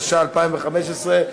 התשע"ה 2015,